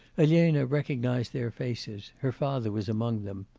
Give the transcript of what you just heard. elena recognised their faces her father was among them.